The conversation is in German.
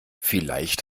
vielleicht